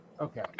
Okay